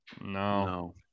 No